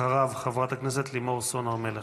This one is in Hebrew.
אחריו, חברת הכנסת לימור סון הר מלך.